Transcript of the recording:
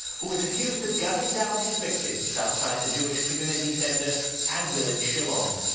who is accused of gunning down his victims outside the jewish community center and village shalom.